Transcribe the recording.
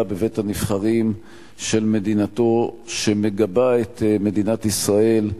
בבית-הנבחרים של מדינתו שמגבה את מדינת ישראל,